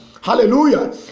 Hallelujah